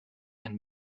and